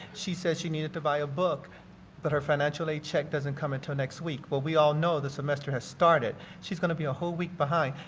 she says she needed to buy a book but her financial aid check doesn't come until next week. well, we all know the semester has started. she's going to be a whole week behind.